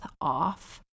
off